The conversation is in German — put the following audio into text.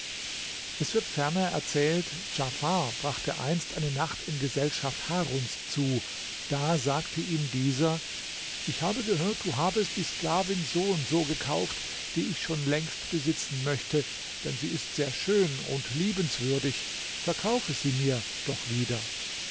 es wird ferner erzählt djafar brachte einst eine nacht in gesellschaft haruns zu da sagte ihm dieser ich habe gehört du habest die sklavin n n gekauft die ich schon längst besitzen möchte denn sie ist sehr schön und liebenswürdig verkaufe sie mir doch wieder